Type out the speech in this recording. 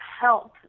help